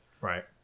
Right